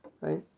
right